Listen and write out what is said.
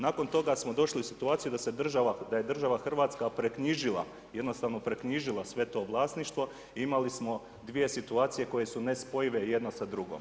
Nakon toga smo došli u situaciju da je država Hrvatska proknjižila, jednostavno proknjižila sve to vlasništvo i imali smo 2 situacija koje su nespojive jedna sa drugom.